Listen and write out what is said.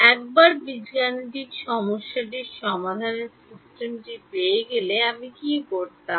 একবার বীজগণিত সমীকরণের সিস্টেমটি পেয়ে গেলে আমি কী করতাম